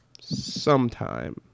sometime